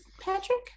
Patrick